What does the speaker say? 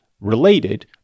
Related